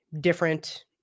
different